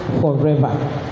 forever